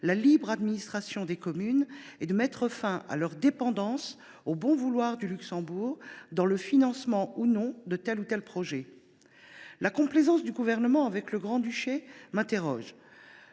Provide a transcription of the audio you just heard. la libre administration des communes et de mettre fin à leur dépendance au bon vouloir du Luxembourg pour financer ou non tel ou tel projet. La complaisance du Gouvernement avec le Grand Duché me